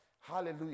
Hallelujah